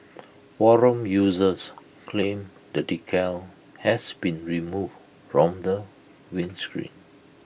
forum users claimed the decal has been removed from the windscreen